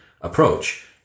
approach